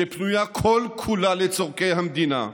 שפנויה כל-כולה לצורכי המדינה,